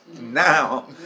now